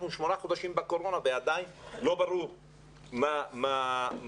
אנחנו שמונה חודשים בקורונה ועדיין לא ברור מה קורה.